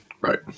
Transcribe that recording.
Right